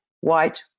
white